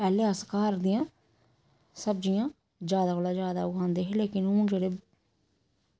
पैह्लें अस घर गै सब्ज़ियां ज्यादा कोला ज्यादा उगांदे हे लेकिन हून जेह्ड़े